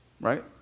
right